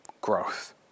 growth